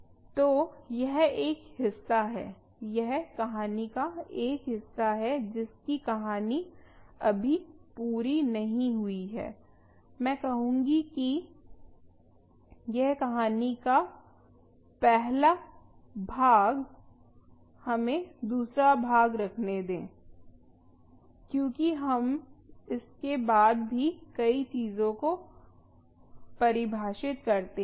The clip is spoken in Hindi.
तो यह एक हिस्सा है यह कहानी का एक हिस्सा है जिसकी कहानी अभी पूरी नहीं हुई है मैं कहूँगी कि यह कहानी का पहला भाग हमें दूसरा भाग रखने दें क्योंकि हम इसके बाद भी कई चीजों को परिभाषित करते हैं